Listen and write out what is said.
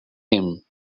him